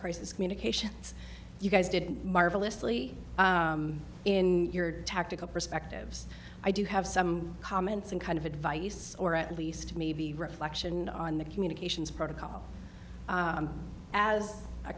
crisis communications you guys did marvelously in your tactical perspectives i do have some comments and kind of advice or at least maybe reflection on the communications protocol as a